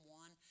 one